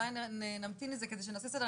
אולי נמתין עם זה כדי שנעשה סדר,